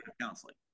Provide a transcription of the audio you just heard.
counseling